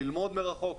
ללמוד מרחוק,